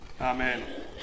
amen